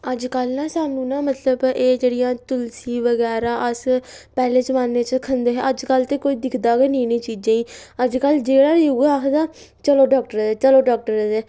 अजकल्ल ना सानूं ना मतलब एह् जेह्ड़ियां तुलसी बगैरा अस पैह्लें जमान्ने च खंदे हे अजकल्ल ते कोई दिखदा गै निं इ'नें चीजें गी अजकल्ल जेह्ड़ा निं उ'ऐ आखदा चलो डाक्टरै दै चलो डाक्टरै दै